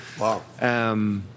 Wow